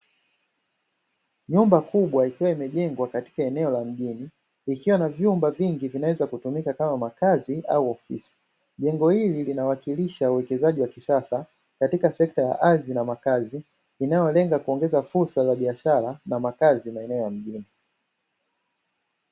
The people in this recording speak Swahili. Nyumba kubwa ikiwa imejengwa katika eneo la mjini, ikiwa na vyumba vingi vikiwa vinawea kutumika kama makazi au ofisi. Jengo hili linawakilisha uwekezaji wa kisasa katika sekta ya ardhi na makazi, inayolenga kuongeza fursa za biashara na makazi maeneo ya mjini.